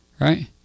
right